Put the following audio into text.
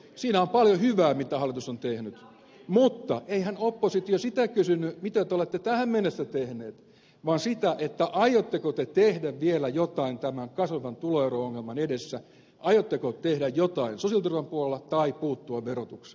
siinä on paljon hyvää mitä hallitus on tehnyt mutta eihän oppositio sitä kysynyt mitä te olette tähän mennessä tehneet vaan sitä aiotteko te tehdä vielä jotain tämän kasvavan tuloero ongelman edessä aiotteko tehdä jotain sosiaaliturvan puolella tai puuttua verotukseen